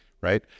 right